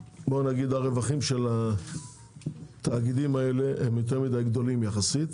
הרווחים של התאגידים האלה הם גדולים מדי יחסית.